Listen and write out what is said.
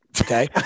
Okay